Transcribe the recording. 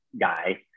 guy